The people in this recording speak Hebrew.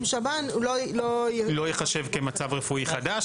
שב"ן לא --- לא ייחשב כמצב רפואי חדש,